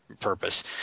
purpose